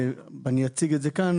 אני אציג את זה כאן.